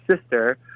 sister